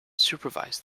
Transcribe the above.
supervise